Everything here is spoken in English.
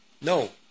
No